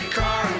car